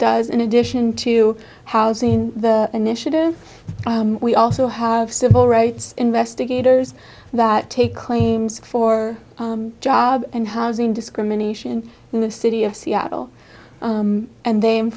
does in addition to housing the initiative we also have civil rights investigators that take claims for job and housing discrimination in the city of seattle and the